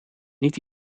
niet